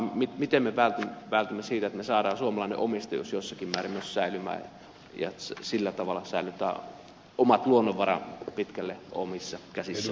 miten me takaamme sen että saamme suomalaisen omistajuuden jossakin määrin säilymään ja sillä tavalla säilytämme omat luonnonvaramme pitkälle omissa käsissä